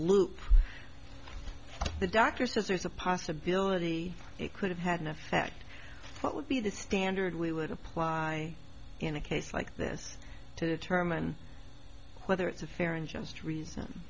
loop the doctor says there's a possibility it could have had an effect what would be the standard we would apply in a case like this to determine whether it's a fair and just rea